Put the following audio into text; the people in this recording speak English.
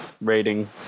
rating